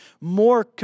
More